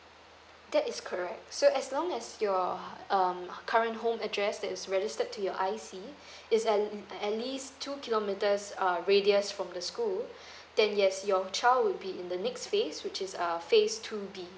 that is correct so as long as your um current home address that is registered to your I_C is at at least two kilometres um radius from the school then yes your child would be in the next phase which is uh phase two B